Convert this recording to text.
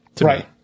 Right